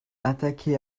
attaqué